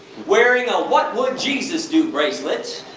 wearing a what would jesus do? bracelet,